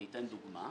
אני אתן דוגמה,